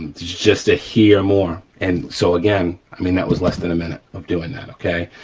just a here more, and so again, i mean, that was less than a minute of doing that, okay.